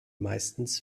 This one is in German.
meistens